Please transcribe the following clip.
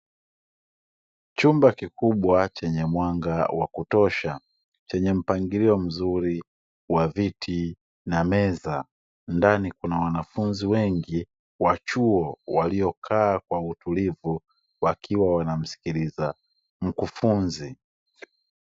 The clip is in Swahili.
Chumba kikubwa chenye mwanga wa kutosha chenye mpangilio mzuri wa viti na meza